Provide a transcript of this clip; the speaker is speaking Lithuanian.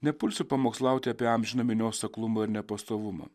nepulsiu pamokslauti apie amžiną minios aklumą ir nepastovumą